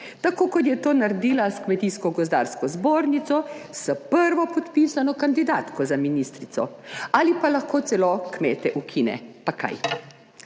tako kot je to naredila s Kmetijsko-gozdarsko zbornico s prvopodpisano kandidatko za ministrico, ali pa lahko celo kmete ukine, pa kaj.